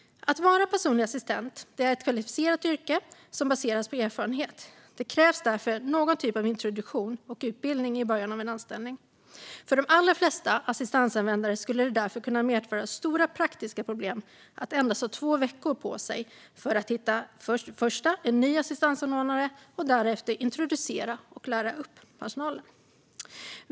Att vara personlig assistent är ett kvalificerat yrke som baseras på erfarenhet. Det krävs därför någon typ av introduktion och utbildning i början av en anställning. För de allra flesta assistansanvändare skulle det därför kunna medföra stora praktiska problem att ha endast två veckor på sig för att hitta en ny assistansanordnare och att därefter introducera och lära upp personalen.